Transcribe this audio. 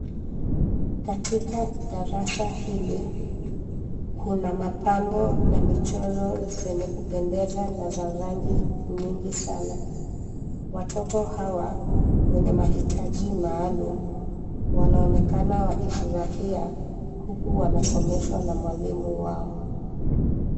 Katika darasa hili kuna mapambo na michoro zenye kupendeza na za rangj nyingi sana. Watoto hawa wenye maitaji maalum wanaonekana wakifurahia huku wanasomeshwa na mwalimu wao.